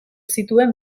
zituen